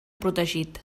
protegit